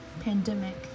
pandemic